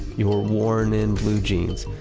your worn-in blue jeans.